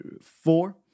four